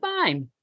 fine